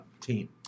team